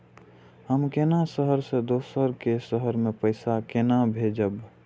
हम केना शहर से दोसर के शहर मैं पैसा केना भेजव?